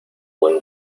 buen